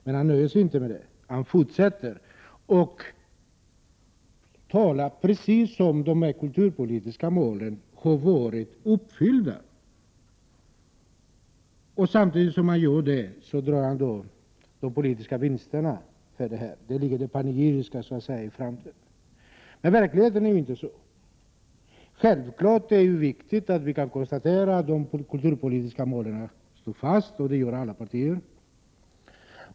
Men han nöjer sig inte med detta utan fortsätter att tala precis som om de kulturpolitiska målen skulle ha uppfyllts. Samtidigt som han gör det tar han hem de politiska vinsterna. Där ligger alltså det panegyriska i framträdandet. Men verkligheten är inte denna. Självfallet är det viktigt att konstatera att de kulturpolitiska målen ligger fast. Alla partier står bakom målen.